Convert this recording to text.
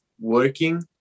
working